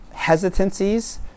hesitancies